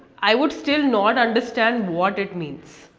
i would still not understand what it means.